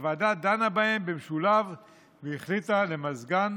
הוועדה דנה בהם במשולב והחליטה למזגן